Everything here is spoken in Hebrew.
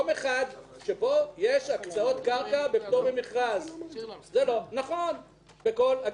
שבו יש הקצאות קרקע בפטור ממכרז - בכל הגליל,